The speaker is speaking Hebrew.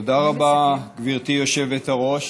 תודה רבה, גברתי היושבת-ראש.